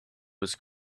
was